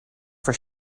for